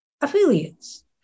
Affiliates